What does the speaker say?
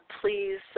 Please